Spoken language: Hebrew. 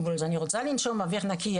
רוצה לנשום אוויר נקי,